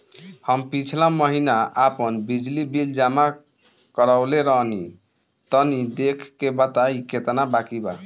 हम पिछला महीना आपन बिजली बिल जमा करवले रनि तनि देखऽ के बताईं केतना बाकि बा?